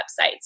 websites